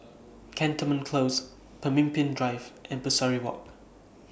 Cantonment Close Pemimpin Drive and Pesari Walk